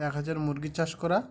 এক হাজার মুরগি চাষ করা